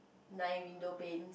nine window pane